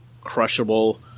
crushable